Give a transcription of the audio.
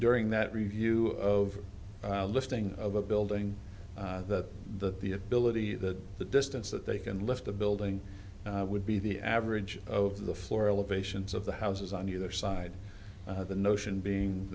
enduring that review of the listing of a building that the the ability that the distance that they can lift the building would be the average of the floor elevations of the houses on either side the notion being